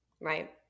Right